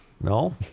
No